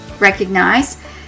recognize